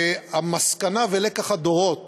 המסקנה ולקח הדורות